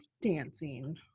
dancing